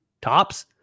tops